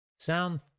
Sound